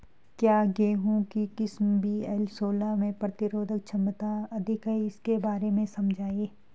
क्या गेहूँ की किस्म वी.एल सोलह में प्रतिरोधक क्षमता अधिक है इसके बारे में समझाइये?